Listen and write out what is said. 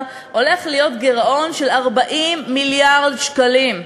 שהולך להיות גירעון של 40 מיליארד שקלים.